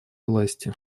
власти